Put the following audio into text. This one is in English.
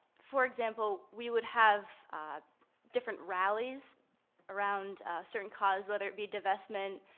for example, we would have different rallies around a certain cause, whether it be divestment,